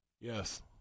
Yes